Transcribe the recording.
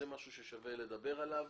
זה משהו ששווה לדבר עליו,